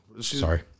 Sorry